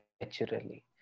naturally